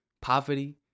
poverty